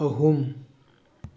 ꯑꯍꯨꯝ